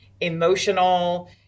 emotional